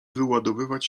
wyładowywać